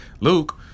Luke